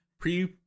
Pre